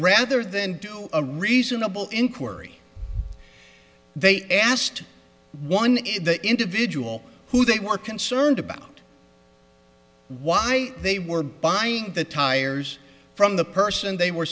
rather than a reasonable inquiry they asked one individual who they were concerned about why they were buying the tires from the person they were